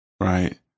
Right